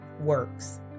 Works